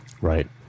Right